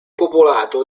popolato